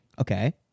Okay